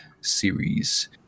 series